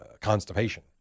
constipation